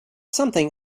something